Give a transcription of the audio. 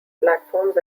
platforms